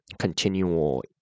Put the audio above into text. continual